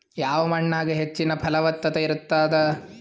ಯಾವ ಮಣ್ಣಾಗ ಹೆಚ್ಚಿನ ಫಲವತ್ತತ ಇರತ್ತಾದ?